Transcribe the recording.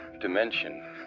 dimension